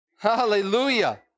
Hallelujah